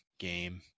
game